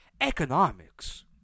Economics